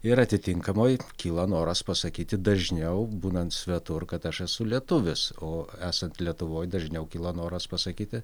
ir atitinkamai kyla noras pasakyti dažniau būnant svetur kad aš esu lietuvis o esant lietuvoje dažniau kyla noras pasakyti